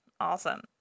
Awesome